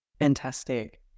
Fantastic